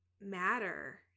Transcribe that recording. matter